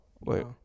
Wait